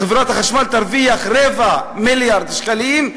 חברת החשמל תרוויח רבע מיליארד שקלים,